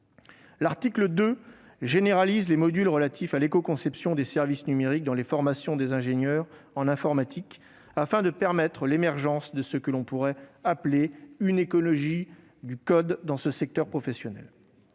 L'article 2 généralise les modules relatifs à l'écoconception des services numériques dans les formations des ingénieurs en informatique, afin de permettre l'émergence de ce que l'on pourrait appeler une « écologie du code » dans ce secteur professionnel.